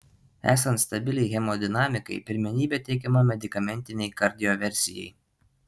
esant stabiliai hemodinamikai pirmenybė teikiama medikamentinei kardioversijai